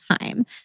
time